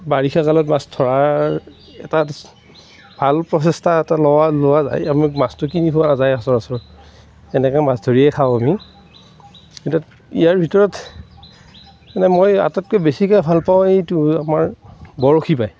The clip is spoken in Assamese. বাৰিষা জালত মাছ ধৰাৰ এটা ভাল প্ৰচেষ্টা এটা লোৱা লোৱা যায় আমি মাছটো কিনি খোৱা নাযায় সচৰাচৰ এনেকৈ মাছ ধৰিয়ে খাওঁ আমি কিন্তু ইয়াৰ ভিতৰত এটা মই আটাইতকৈ বেছি ভাল পাওঁ এইটো আমাৰ বৰশী বাই